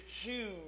huge